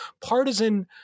partisan